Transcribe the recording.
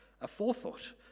aforethought